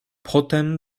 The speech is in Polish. potem